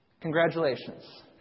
Congratulations